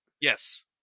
Yes